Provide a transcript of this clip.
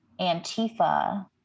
Antifa